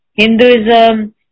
Hinduism